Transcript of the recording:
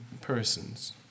persons